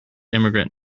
immigrant